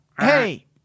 Hey